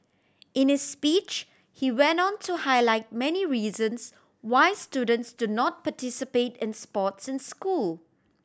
in his speech he went on to highlight many reasons why students do not participate in sports in school